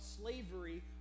slavery